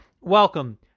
Welcome